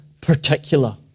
particular